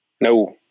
No